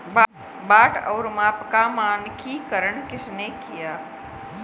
बाट और माप का मानकीकरण किसने किया?